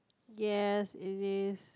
yes it is